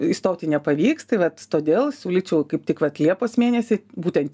įstoti nepavyks tai vat todėl siūlyčiau kaip tik vat liepos mėnesį būtent